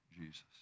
Jesus